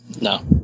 No